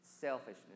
Selfishness